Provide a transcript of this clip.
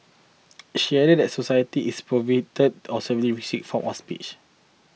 she added that a society is prohibit or severely restrict forms of speech